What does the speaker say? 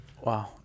Wow